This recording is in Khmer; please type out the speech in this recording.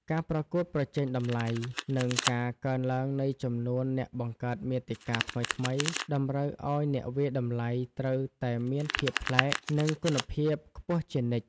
ការប្រកួតប្រជែងតម្លៃ និងការកើនឡើងនៃចំនួនអ្នកបង្កើតមាតិកាថ្មីៗ តម្រូវឱ្យអ្នកវាយតម្លៃត្រូវតែមានភាពប្លែក និងគុណភាពខ្ពស់ជានិច្ច។